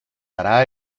dará